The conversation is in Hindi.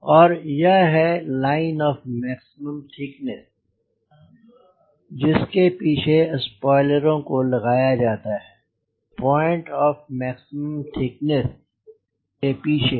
और यह है लाइन ऑफ़ मैक्सिमम थिकनेस जिसके पीछे स्पॉइलरों को लगाया जाता है पॉइंट ऑफ़ मैक्सिमम थिकनेस के पीछे